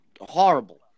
horrible